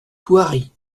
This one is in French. thoiry